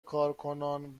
کارکنان